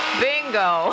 bingo